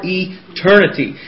eternity